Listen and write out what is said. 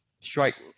strike